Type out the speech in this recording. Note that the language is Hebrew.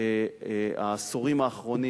העשורים האחרונים.